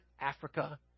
Africa